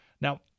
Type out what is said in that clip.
Now